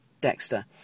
Dexter